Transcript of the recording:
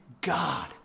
God